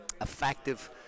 effective